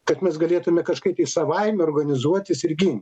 kad mes galėtume kažkaip į savaime organizuotis ir gin